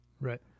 Right